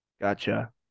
gotcha